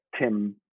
Tim